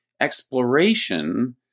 exploration